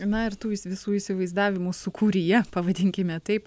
na ir tų visų įsivaizdavimų sūkuryje pavadinkime taip